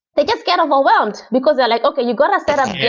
they just get overwhelmed, because they're like, okay, you got to set up git.